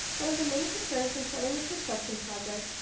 one of the main concerns, when starting the construction project,